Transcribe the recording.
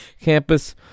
campus